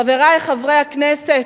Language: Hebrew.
חברי חברי הכנסת,